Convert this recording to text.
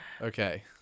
Okay